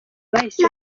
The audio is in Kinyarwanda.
bahise